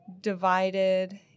divided